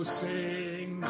sing